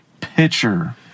pitcher